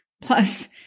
Plus